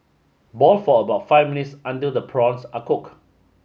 boil for about five minutes until the prawns are cooked